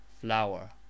flower